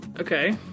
Okay